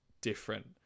different